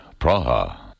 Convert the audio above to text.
Praha